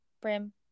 Brim